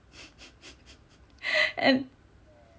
and